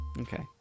Okay